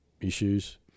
issues